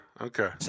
Okay